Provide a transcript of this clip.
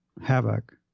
Havoc